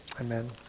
Amen